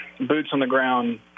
boots-on-the-ground